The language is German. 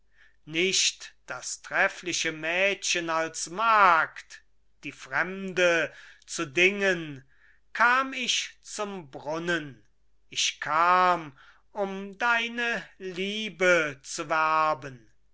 nicht das treffliche mädchen als magd die fremde zu dingen kam ich zum brunnen ich kam um deine liebe zu werben